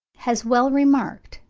has well remarked,